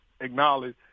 acknowledge